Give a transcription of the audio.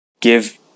give